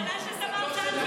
לבעלה של תמר זנדברג.